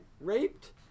raped